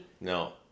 No